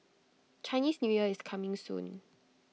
Chinese New Year is coming soon